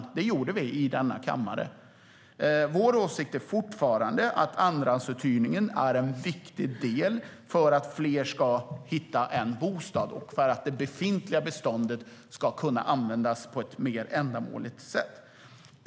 Det gjorde vi i denna kammare. Vår åsikt är fortfarande att andrahandsuthyrningen är en viktig del för att fler ska hitta en bostad och för att det befintliga beståndet ska kunna användas på ett mer ändamålsenligt sätt.